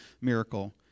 miracle